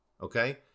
okay